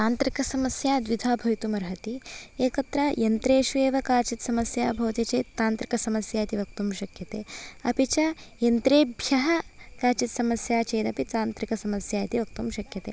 तान्त्रिकसमस्या द्विविधा भवितुमर्हति एकत्र यन्त्रेष्वेव काचित् समस्या भवति चेत् तान्त्रिकसमस्या इति वक्तुं शक्यते अपि च यन्त्रेभ्यः काचित् समस्या चेदपि तान्त्रिकसमस्या इति वक्तुं शक्यते